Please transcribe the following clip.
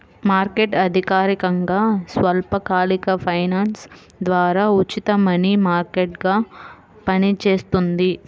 market అధికారికంగా స్వల్పకాలిక finance ద్వారా ఉచిత మనీ మార్కెట్గా పనిచేస్తుంది